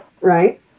right